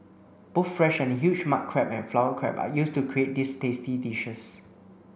both fresh and huge mud crab and flower crab are used to create these tasty dishes